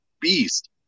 beast